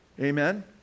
Amen